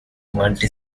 multi